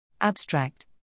Abstract